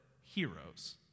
heroes